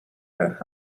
her